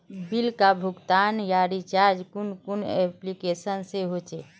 Bill का भुगतान या रिचार्ज कुन कुन एप्लिकेशन से होचे?